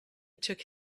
took